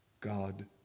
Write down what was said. God